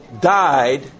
died